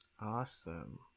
awesome